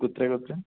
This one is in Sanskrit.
कुत्र